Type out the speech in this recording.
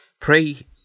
Pray